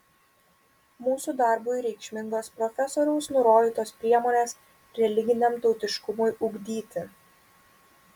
mūsų darbui reikšmingos profesoriaus nurodytos priemonės religiniam tautiškumui ugdyti